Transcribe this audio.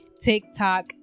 TikTok